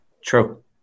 True